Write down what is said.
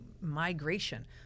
migration